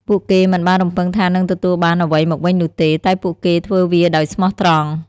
ពួកគេមិនបានរំពឹងថានឹងទទួលបានអ្វីមកវិញនោះទេ តែពួកគេធ្វើវាដោយស្មោះត្រង់។